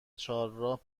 چهارراه